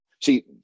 see